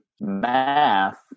math